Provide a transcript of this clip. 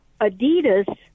Adidas